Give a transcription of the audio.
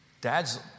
dads